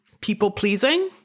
people-pleasing